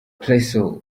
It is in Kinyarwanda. prezzo